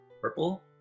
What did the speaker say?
purple